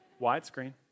Widescreen